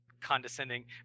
condescending